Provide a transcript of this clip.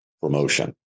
promotion